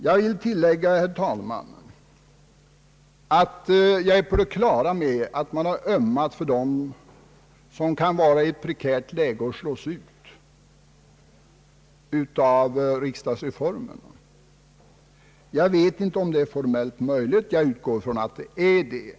Jag är helt införstådd med att utskottet ömmar för de riksdagsmän, som är i det prekära läget att de kan slås ut av riksdagsreformen. Jag vet inte om det är formellt möjligt, men jag utgår från att så är förhållandet.